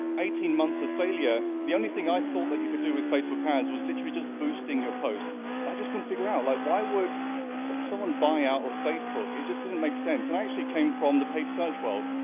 eighteen months of failure, the only thing i thought that you could do with facebook ads was literally just boosting your post, and i just couldn't figure out like, why would sort of someone buy out of facebook? it just didn't make sense and i actually came from the paid search world,